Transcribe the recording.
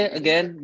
again